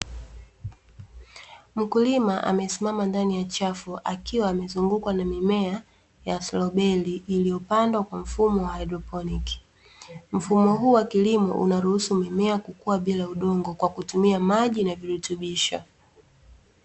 Mkulima amesimama ndani ya chafu akiwa amezungukwa na mimea ya stroberi iliyopandwa kwa mfumo wa haidroponiki. Mfumo huu wa kilimo inaruhusu mimea kukua bila udongo kwa kutumia maji na virutubisho.